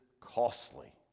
costly